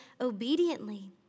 obediently